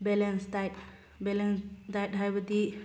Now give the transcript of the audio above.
balance diet balance diet ꯍꯥꯏꯕꯗꯤ